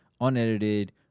unedited